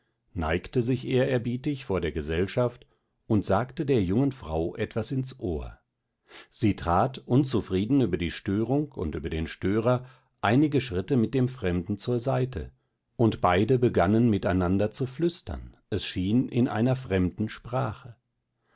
neigte sich ehrerbietig vor der gesellschaft und sagte der jungen frau etwas ins ohr sie trat unzufrieden über die störung und über den störer einige schritte mit dem fremden zur seite und beide begannen miteinander zu flüstern es schien in einer fremden sprache